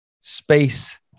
space